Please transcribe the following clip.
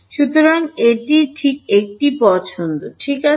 সুতরাং এটি ঠিক একটি পছন্দ ঠিক আছে